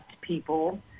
people